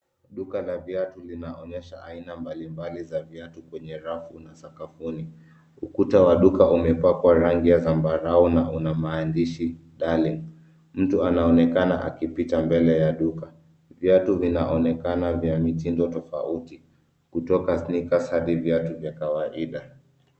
Duka la viatu linaonyesha Aina mbalimbali za viatu kwenye rafu na sakafuni. Ukuta wa duka umepakwa rangi ya zambarau na una maandishi Darling. Mtu anaonekana akipita mbele ya duka. Viatu vinaonekana kuwa vya mitindo tofauti, kutoka sneakers(cs) hadi viatu vya kawaida.